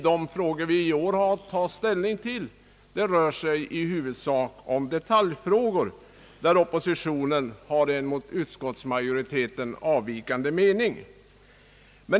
De frågor vi i år har att ta ställning till rör sig i huvudsak om detaljfrågor, där oppositionen har en mot utskottsmajoriteten avvikande mening.